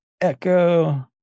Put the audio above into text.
Echo